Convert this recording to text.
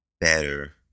better